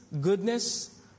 goodness